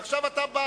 ועכשיו אתה בא,